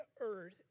earth